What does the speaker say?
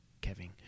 Kevin